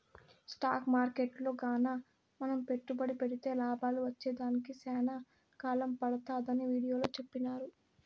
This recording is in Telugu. స్టాకు మార్కెట్టులో గాన మనం పెట్టుబడి పెడితే లాభాలు వచ్చేదానికి సేనా కాలం పడతాదని వీడియోలో సెప్పినారు